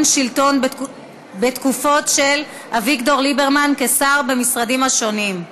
שלטון בתקופות הכהונה של ליברמן כשר במשרדים השונים.